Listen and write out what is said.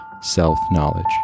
self-knowledge